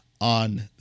on